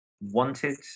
wanted